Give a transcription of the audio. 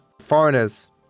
foreigners